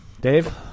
Dave